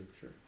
Sure